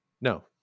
No